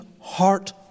heart